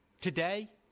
Today